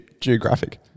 Geographic